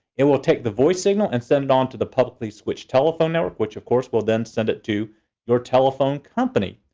it will take the voice signal and send it on to the publically switched telephone network, which of course will then send it to your telephone company.